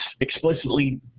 explicitly